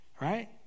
right